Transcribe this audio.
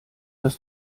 das